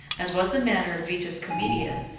as was the manner of vetus comoedia,